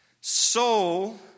soul